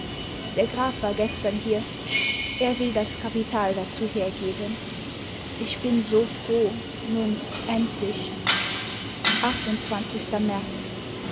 der graf war gestern hier er will das kapital dazu hergeben ich bin so froh nun endlich